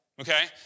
okay